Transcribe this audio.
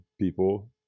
people